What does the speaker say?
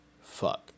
fuck